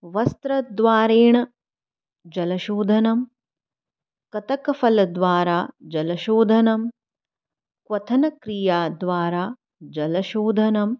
वस्त्रद्वारेण जलशोधनं कतकफलद्वारा जलशोधनं क्वथनक्रियाद्वारा जलशोधनं